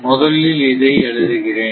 முதலில் இதை எழுதுகிறேன்